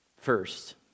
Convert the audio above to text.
first